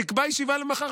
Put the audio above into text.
תקבע ישיבה למחר.